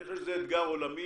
אני חושב שזה אתגר עולמי.